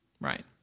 Right